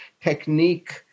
technique